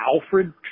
Alfred